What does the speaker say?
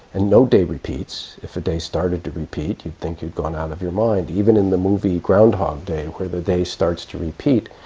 and no day repeats. if a day started to repeat you'd think you'd gone out of your mind. even in the movie groundhog day where the day starts to repeat,